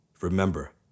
Remember